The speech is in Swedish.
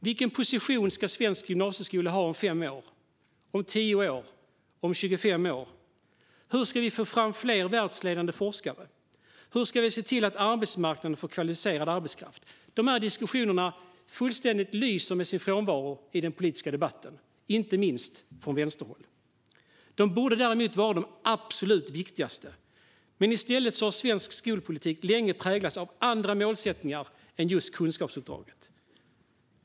Vilken position ska svensk gymnasieskola ha om 5 år, 10 år eller 25 år? Hur ska vi få fram fler världsledande forskare? Hur ska vi se till att arbetsmarknaden får kvalificerad arbetskraft? Diskussionerna fullständigt lyser med sin frånvaro i den politiska debatten, inte minst från vänsterhåll. Dessa frågor borde vara de absolut viktigaste, men i stället har svensk skolpolitik länge präglats av andra målsättningar än just kunskapsuppdraget.